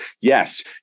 yes